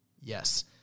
Yes